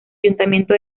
ayuntamiento